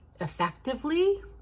effectively